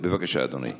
בבקשה, אדוני.